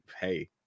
hey